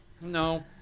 no